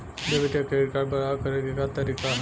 Debit या credit card block करे के का तरीका ह?